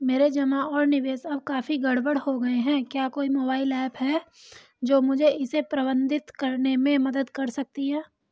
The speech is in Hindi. मेरे जमा और निवेश अब काफी गड़बड़ हो गए हैं क्या कोई मोबाइल ऐप है जो मुझे इसे प्रबंधित करने में मदद कर सकती है?